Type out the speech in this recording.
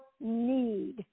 need